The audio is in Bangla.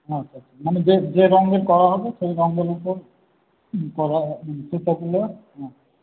আচ্ছা আচ্ছা মানে যে যে রঙের করা হবে সেই রংগুলোকে করা সুতোগুলো হ্যাঁ